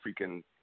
freaking